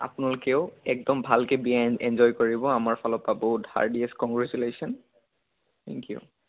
আপোনালোকেও একদম ভালকৈ বিয়া এন এঞ্জয় কৰিব আমাৰ ফালৰ পৰা বহুত হাৰ্ডিয়েষ্ট কংগ্ৰেচুলেশ্যন থেংক ইউ